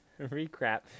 Recap